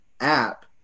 app